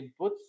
inputs